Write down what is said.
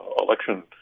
election